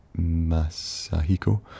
Masahiko